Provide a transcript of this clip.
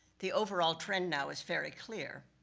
the overall trend now, is very clear.